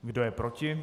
Kdo je proti?